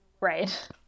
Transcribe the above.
Right